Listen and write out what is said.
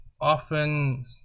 often